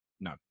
No